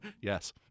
Yes